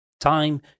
Time